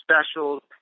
specials